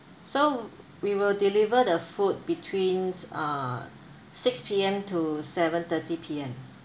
so we will deliver the food betweens uh six P_M to seven thirty P_M